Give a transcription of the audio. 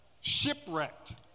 shipwrecked